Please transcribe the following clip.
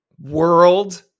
World